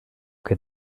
que